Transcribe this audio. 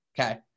Okay